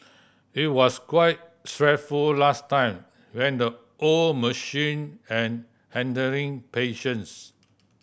it was quite stressful last time when the old machine and handling patients